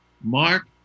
Mark